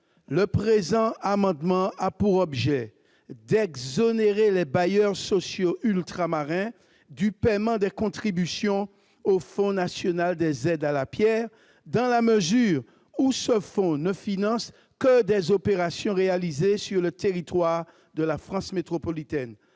le présent amendement a pour objet d'exonérer les bailleurs sociaux ultramarins du paiement des contributions au Fonds national des aides à la pierre, dans la mesure où ce fonds ne finance que des opérations réalisées sur le territoire de la France métropolitaine.